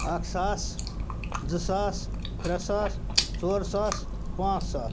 اَکھ ساس زٕ ساس ترٛےٚ ساس ژور ساس پانٛژھ ساس